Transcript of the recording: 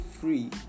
free